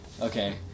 Okay